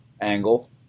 Angle